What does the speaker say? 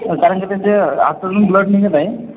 कारण की त्याच्या हातातून ब्लड निघत आहे